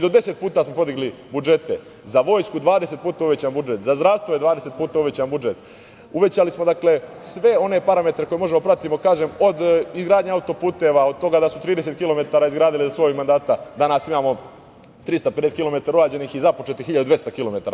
Do deset puta smo podigli budžete, za vojsku 20 puta uvećan budžet, za zdravstvo je 20 puta uvećan budžet, uvećali smo sve one parametre koje možemo da pratimo od izgradnje autoputeva, od toga da su 30 kilometara izgradili u svom mandatu, danas imamo 350 kilometara urađenih i započetih 1.200 kilometara.